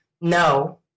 no